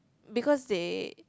because they